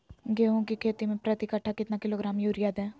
गेंहू की खेती में प्रति कट्ठा कितना किलोग्राम युरिया दे?